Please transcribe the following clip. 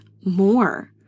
more